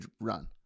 run